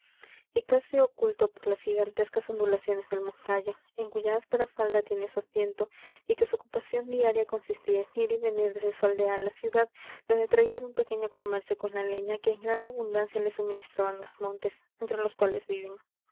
y casi oculto por las gigantescas ondulaciones del moncayo en cuya áspera falda tiene su asiento y que su ocupación diaria consistía en ir y venir desde su aldea á la ciudad donde traían un pequeño comercio con la leña que en gran abundancia les suministran los montes entre los cuales viven